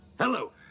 Hello